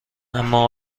اما